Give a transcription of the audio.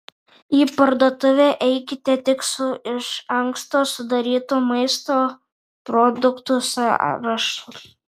į parduotuvę eikite tik su iš anksto sudarytu maisto produktų sąrašu